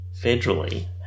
federally